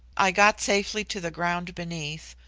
i got safely to the ground beneath,